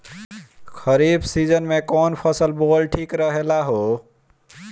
खरीफ़ season में कौन फसल बोअल ठिक रहेला ह?